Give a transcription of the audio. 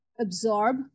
absorb